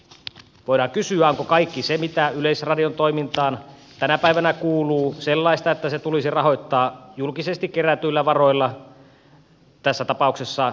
voidaan kysyä onko kaikki se mitä yleisradion toimintaan tänä päivänä kuuluu sellaista että se tulisi rahoittaa julkisesti kerätyillä varoilla tässä tapauksessa yleisradioverolla